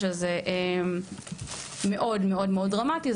שזה מאוד מאוד מאוד דרמטי,